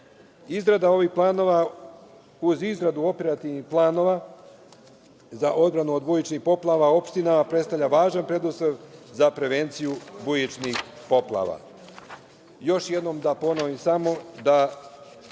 ovih planova, uz izradu operativnih planova za odbranu od bujičnih poplava opština, predstavlja važan preduslov za prevenciju bujičnih poplava. Još jednom da ponovim samo da